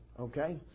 okay